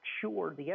sure